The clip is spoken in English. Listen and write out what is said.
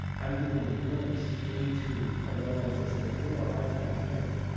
i'm getting a glimpse into a level of existence that we have a hard time hearing.